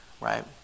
Right